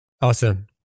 Awesome